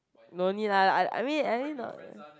no need lah I I mean I mean not